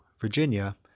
virginia